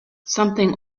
something